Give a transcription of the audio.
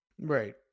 Right